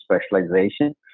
specialization